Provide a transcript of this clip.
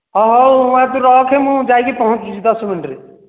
ହଁ ହଉ ମାଁ ତୁ ରଖେ ମୁଁ ଯାଇକି ପହଁଚୁଛି ଦଶ ମିନିଟ୍ରେ